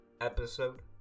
episode